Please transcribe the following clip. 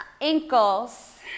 ankles